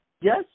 Yes